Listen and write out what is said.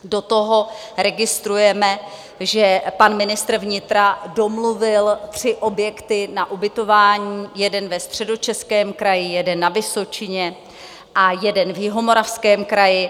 Do toho registrujeme, že pan ministr vnitra domluvil tři objekty na ubytování, jeden ve Středočeském kraji, jeden na Vysočině a jeden v Jihomoravském kraji.